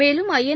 மேலும் ஐஎன்